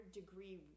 degree